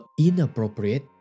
inappropriate